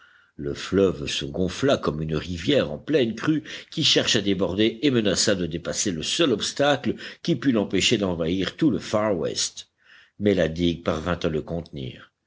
le fleuve se gonfla comme une rivière en pleine crue qui cherche à déborder et menaça de dépasser le seul obstacle qui pût l'empêcher d'envahir tout le far west mais la digue parvint à le contenir